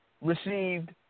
received